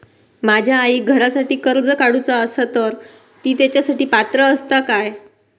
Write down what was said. माझ्या आईक घरासाठी कर्ज काढूचा असा तर ती तेच्यासाठी पात्र असात काय?